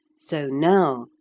so now,